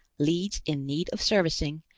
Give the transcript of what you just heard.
leads in need of servicing,